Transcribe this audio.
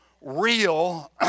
real